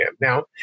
Now